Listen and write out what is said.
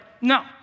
no